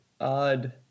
odd